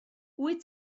wyt